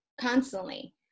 constantly